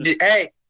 Hey